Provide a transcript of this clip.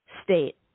state